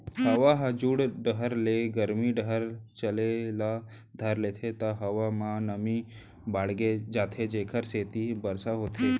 हवा ह जुड़ डहर ले गरमी डहर चले ल धर लेथे त हवा म नमी बाड़गे जाथे जेकर सेती बरसा होथे